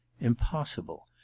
impossible